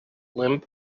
limp